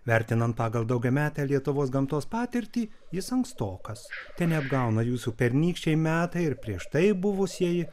vertinant pagal daugiametę lietuvos gamtos patirtį jis ankstokas teneapgauna jūsų pernykščiai metai ir prieš tai buvusieji